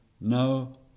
no